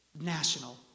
national